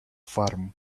farm